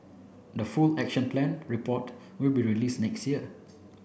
the full Action Plan report will be release next year